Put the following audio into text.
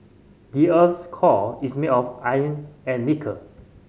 the earth's core is made of iron and nickel